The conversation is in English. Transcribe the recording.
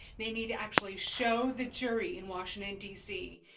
they need to actually show the jury in washington, d c,